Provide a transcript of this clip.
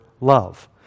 love